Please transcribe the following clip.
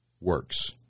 works